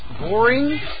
boring